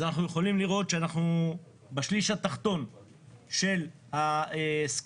אנחנו יכולים לראות שאנחנו בשליש התחתון של הסקאלה.